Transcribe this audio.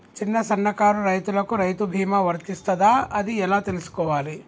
చిన్న సన్నకారు రైతులకు రైతు బీమా వర్తిస్తదా అది ఎలా తెలుసుకోవాలి?